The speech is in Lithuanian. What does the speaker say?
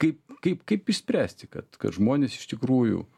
kaip kaip kaip išspręsti kad kad žmonės iš tikrųjų